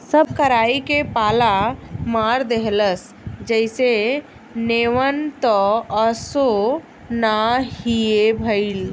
सब कराई के पाला मार देहलस जईसे नेवान त असो ना हीए भईल